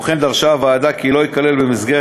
כמו כן דרשה הוועדה כי לא ייכלל במסגרת